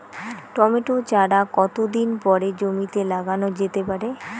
Tomato চারা কতো দিন পরে জমিতে লাগানো যেতে পারে?